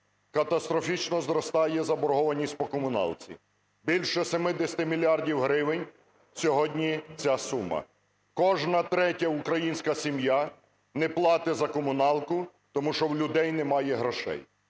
катастрофічно зростає заборгованість по комуналці. Більше 70 мільярдів гривень сьогодні ця сума. Кожна третя українська сім'я не платить за комуналку, тому що в людей немає грошей.